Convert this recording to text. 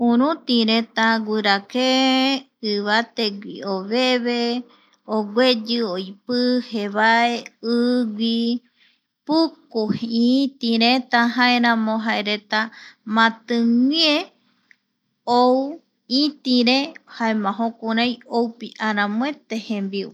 Uru tï reta, guirakeee, ivategui oveve ogueyi oipii jevae igui, puku itïreta jaeramo jaereta matiguíe ou itïre jaema jokurai oupi aramoete jembiu.